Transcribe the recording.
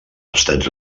estats